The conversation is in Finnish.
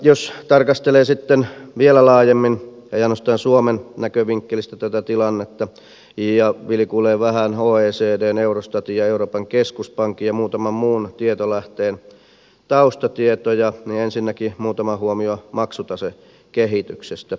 jos tarkastelee sitten vielä laajemmin ei ainoastaan suomen näkövinkkelistä tätä tilannetta ja vilkuilee vähän oecdn eurostatin ja euroopan keskuspankin ja muutaman muun tietolähteen taustatietoja niin ensinnäkin muutama huomio maksutasekehityksestä